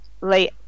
late